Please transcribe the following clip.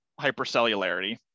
hypercellularity